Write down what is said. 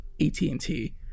AT&T